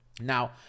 Now